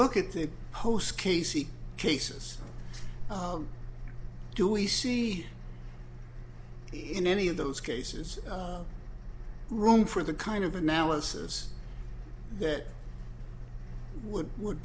look at the posts casey cases do we see in any of those cases room for the kind of analysis that would wo